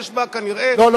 יש בה כנראה פרקים לא ברורים,